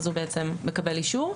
הוא מקבל אישור.